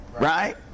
right